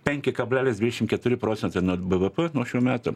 penki kablelis dvidešim keturi procentai nuo bvp nuo šių metų